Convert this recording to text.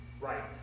right